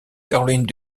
caroline